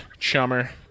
Chummer